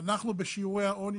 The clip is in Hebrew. אנחנו בשיעורי העוני,